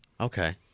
Okay